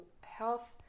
health